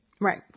Right